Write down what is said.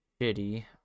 shitty